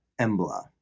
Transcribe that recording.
Embla